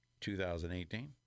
2018